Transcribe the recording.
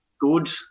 good